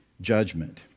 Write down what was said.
judgment